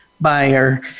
buyer